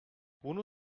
bunu